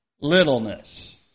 littleness